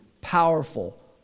powerful